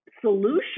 solution